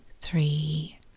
three